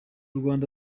rwanda